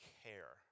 care